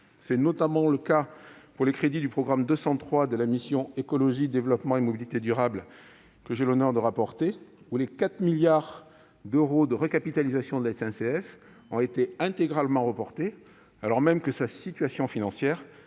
pense notamment aux crédits du programme 203 de la mission « Écologie, développement et mobilité durables », dont j'ai l'honneur d'être le rapporteur spécial : les 4 milliards d'euros de recapitalisation de la SNCF ont été intégralement reportés, alors même que la situation financière